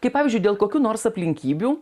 kai pavyzdžiui dėl kokių nors aplinkybių